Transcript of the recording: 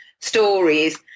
stories